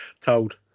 Told